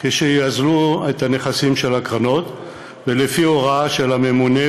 כשיאזלו הנכסים של הקרנות ולפי הוראה של הממונה,